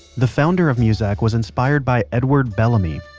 the founder of muzak was inspired by edward bellamy.